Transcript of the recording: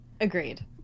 agreed